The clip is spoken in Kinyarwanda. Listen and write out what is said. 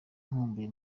nkumbuye